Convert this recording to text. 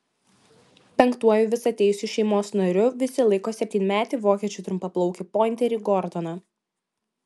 penktuoju visateisiu šeimos nariu visi laiko septynmetį vokiečių trumpaplaukį pointerį gordoną